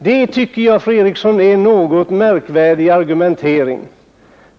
Det tycker jag, fru Eriksson, är en något märkvärdig argumentering.